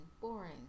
boring